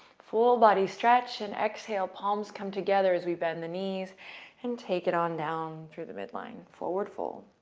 full body stretch. and exhale. palms come together as we bend the knees and take it on down through the midline. forward fold.